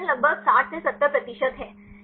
प्रदर्शन लगभग 60 से 70 प्रतिशत है